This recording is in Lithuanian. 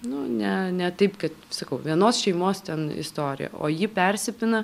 nu ne ne taip kad sakau vienos šeimos ten istorija o ji persipina